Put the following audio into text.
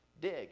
dig